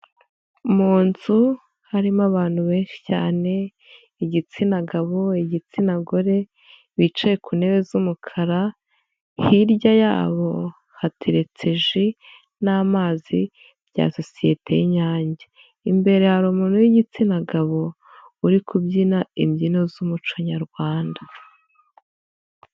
Mu nzu harimo abantu benshi cyane igitsina gabo igitsina gore bicaye ku ntebe z'umukara hirya yabo hateretse ji n'amazi bya sosiyete Inyange imbere hari umuntu w'igitsina gabo uri kubyina imbyino z'umuco nyarwanda.